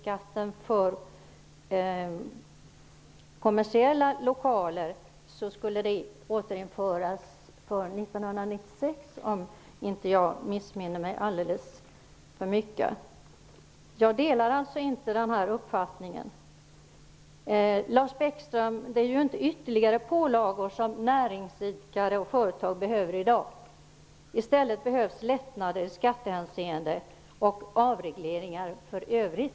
Skatten för kommersiella lokaler skall däremot återinföras från 1996, om jag inte missminner mig alldeles. Jag delar inte denna uppfattning. Det är inte ytterligare pålagor som näringsidkare och företag behöver i dag, Lars Bäckström. I stället behövs lättnader i skattehänseende och avregleringar för övrigt.